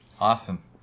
awesome